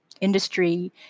industry